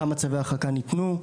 כמה צווי הרחקה ניתנו,